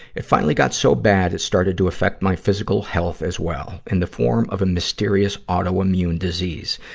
it finally got so bad, it started to affect my physical health as well, in the form of a mysterious auto-immune disease.